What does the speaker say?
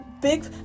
big